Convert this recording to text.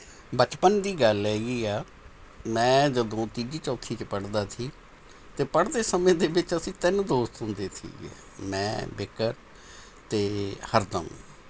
ਬਚਪਨ ਦੀ ਗੱਲ ਹੈਗੀ ਹੈ ਮੈਂ ਜਦੋਂ ਤੀਜੀ ਚੌਥੀ 'ਚ ਪੜ੍ਹਦਾ ਸੀ ਅਤੇ ਪੜ੍ਹਦੇ ਸਮੇਂ ਦੇ ਵਿੱਚ ਅਸੀਂ ਤਿੰਨ ਦੋਸਤ ਹੁੰਦੇ ਸੀ ਮੈਂ ਬਿੱਕਰ ਅਤੇ ਹਰਦਮ